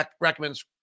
recommends